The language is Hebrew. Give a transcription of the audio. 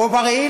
או בראי,